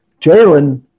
Jalen